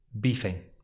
beefing